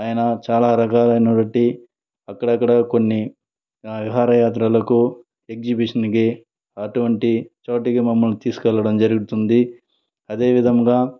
ఆయన చాలా రకమైన వ్యక్తి అక్కడెక్కడో కొన్ని విహారయాత్రలకు ఎక్సిబిషన్కి అటువంటి చోటికి మమ్మల్ని తీసుకెళ్ళడం జరుగుతుంది అదేవిధముగా